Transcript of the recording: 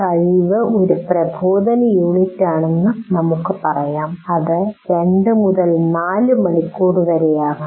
കഴിവ് ഒരു പ്രബോധനയൂണിറ്റാണെന്ന് നമുക്ക് പറയാം ഇത് 2 മുതൽ 4 മണിക്കൂർ വരെയാകാം